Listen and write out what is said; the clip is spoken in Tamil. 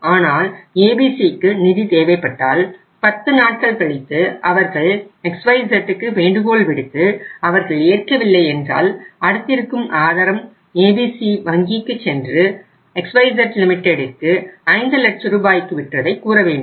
ஆனால் ABCக்கு நிதி தேவைப்பட்டால் 10 நாட்கள் கழித்து அவர்கள் XYZக்கு வேண்டுகோள் விடுத்து அவர்கள் ஏற்கவில்லை என்றால் அடுத்து இருக்கும் ஆதாரம் ABC வங்கிக்குச் சென்று XYZ லிமிடெட்டிற்கு 5 லட்ச ரூபாய்க்கு விற்றதை கூறவேண்டும்